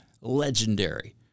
legendary